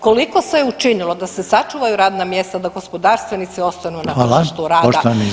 Koliko se učinilo da se sačuvaju radna mjesta, da gospodarstvenici ostanu na tržištu rada.